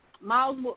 Miles